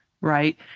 right